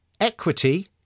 equity